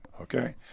Okay